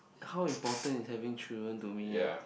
how important is having children to me ah